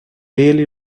really